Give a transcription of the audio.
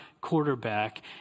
quarterback